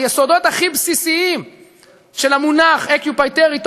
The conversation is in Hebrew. היסודות הכי בסיסיים של המונח occupied territory